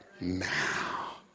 now